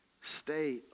Stay